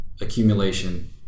accumulation